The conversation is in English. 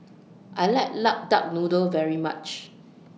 I like Lock Duck Noodle very much